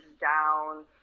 down